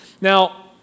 Now